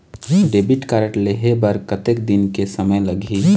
Debit card लेहे बर कतेक दिन के समय लगही?